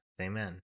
Amen